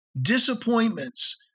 disappointments